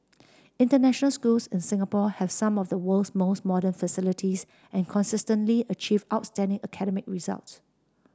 international schools in Singapore have some of the world's most modern facilities and consistently achieve outstanding academic results